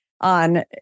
on